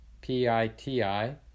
p-i-t-i